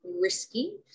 risky